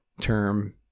term